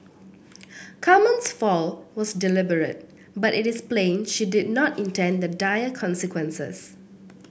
Carmen's fall was deliberate but it is plain she did not intend the dire consequences